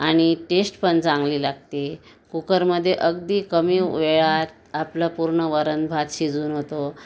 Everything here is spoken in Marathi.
आणि टेस्ट पण चांगली लागते कुकरमध्ये अगदी कमी वेळात आपलं पूर्ण वरणभात शिजून होतो